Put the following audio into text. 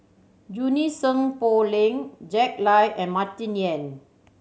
Junie Sng Poh Leng Jack Lai and Martin Yan